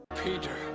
Peter